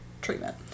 treatment